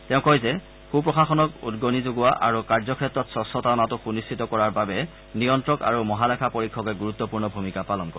তেওঁ কয় যে সুপ্ৰশাসনক উদগণি যোগোৱা আৰু কাৰ্যক্ষেত্ৰত স্বচ্ছতা অনাটো সুনিশ্চিত কৰাৰ বাবে নিয়ন্ত্ৰক আৰু মহালেখা পৰীক্ষকসকলে গুৰুত্বপূৰ্ণ ভূমিকা পালন কৰে